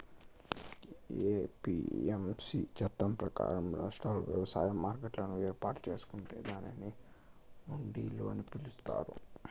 APMC చట్టం ప్రకారం, రాష్ట్రాలు వ్యవసాయ మార్కెట్లను ఏర్పాటు చేసుకొంటే దానిని మండిలు అని పిలుత్తారు